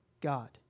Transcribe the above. God